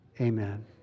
Amen